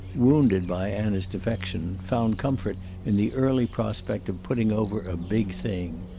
wounded by anna's defection, found comfort in the early prospect of putting over a big thing.